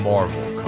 Marvel